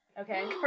Okay